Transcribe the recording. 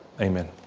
amen